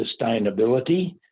sustainability